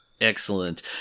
excellent